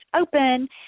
open